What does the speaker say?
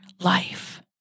life